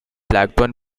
blackburn